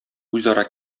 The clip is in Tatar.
үзара